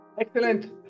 excellent